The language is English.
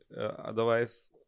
otherwise